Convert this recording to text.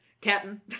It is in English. Captain